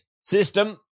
system